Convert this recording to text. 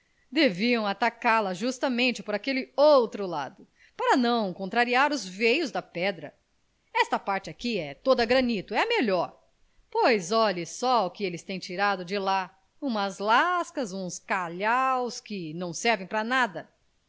deviam atacá la justamente por aquele outro lado para não contrariar os veios da pedra esta parte aqui é toda granito é a melhor pois olhe só o que eles têm tirado de lá umas lascas uns calhaus que não servem para nada